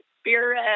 spirit